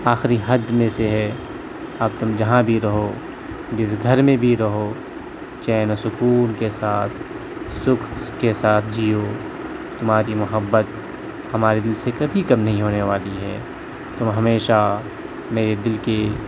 آخری حد میں سے ہے اب تم جہاں بھی رہو جس گھر میں بھی رہو چین و سکون کے ساتھ سکھ کے ساتھ جیو تمہاری محبت ہمارے دل سے کبھی کم نہیں ہونے والی ہے تم ہمیشہ میرے دل کی